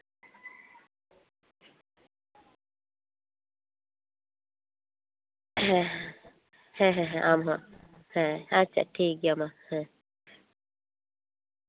ᱦᱮᱸ ᱦᱮᱸ ᱦᱮᱸ ᱦᱮᱸ ᱟᱢ ᱦᱚᱸ ᱦᱮᱸ ᱟᱪᱪᱷᱟ ᱴᱷᱤᱠᱜᱮᱭᱟ ᱢᱟ ᱦᱮᱸ